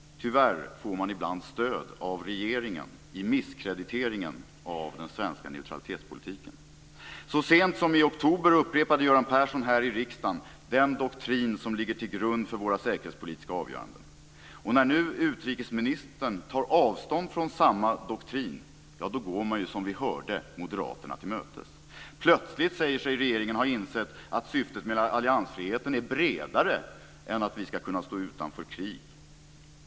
Tyvärr får man ibland stöd av regeringen i misskrediteringen av neutralitetspolitiken. Så sent som i oktober upprepade Göran Persson här i riksdagen den doktrin som ligger till grund för våra säkerhetspolitiska avgöranden. När nu utrikesministern tar avstånd från samma doktrin går man, som vi hörde, moderaterna till mötes. Plötsligt säger sig regeringen ha insett att syftet med alliansfriheten är bredare än att vi ska kunna stå utanför krig.